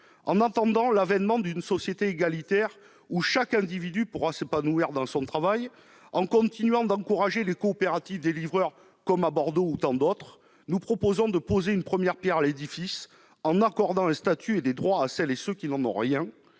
En attendant l'avènement d'une société égalitaire où chaque individu pourra s'épanouir dans son travail, en continuant d'encourager les coopératives de livreurs, comme à Bordeaux, nous proposons de poser une première pierre à l'édifice en accordant un statut et des droits à celles et ceux qui n'en ont pas.